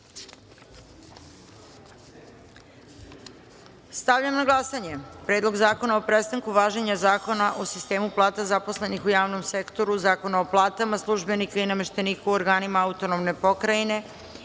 na glasanje Predlog zakona o prestanku važenja Zakona o sistemu plata zaposlenih u javnom sektoru, Zakona o platama službenika i nameštenika u organima AP i jedinici lokalne